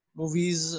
movies